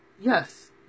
yes